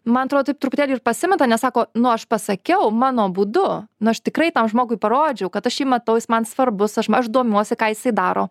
man atro taip truputėlį ir pasimeta nes sako nu aš pasakiau mano būdu nu aš tikrai tam žmogui parodžiau kad aš jį matau jis man svarbus aš domiuosi ką jisai daro